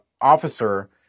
officer